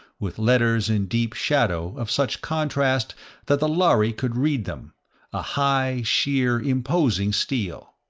with letters in deep shadow of such contrast that the lhari could read them a high, sheer, imposing stele.